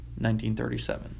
1937